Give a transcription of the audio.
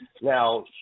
now